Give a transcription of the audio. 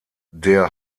der